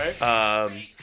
Right